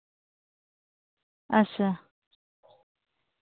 अच्छा